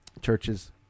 Churches